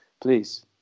please